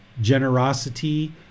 generosity